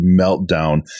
meltdown